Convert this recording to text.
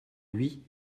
lui